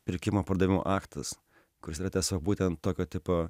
pirkimo pardavimo aktas kuris yra tiesiog būtent tokio tipo